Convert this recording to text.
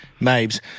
Mabes